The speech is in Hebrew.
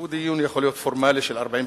שיכול להיות דיון פורמלי של 40 חתימות,